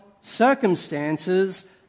circumstances